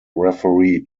referee